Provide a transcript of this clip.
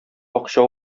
акча